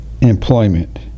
employment